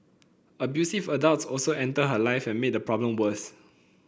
abusive adults also entered her life and made the problem worse